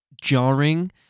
jarring